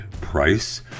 price